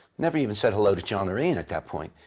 never even said, hello to jon or ian at that point.